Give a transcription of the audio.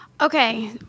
Okay